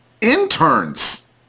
interns